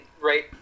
right